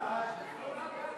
חוק